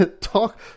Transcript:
Talk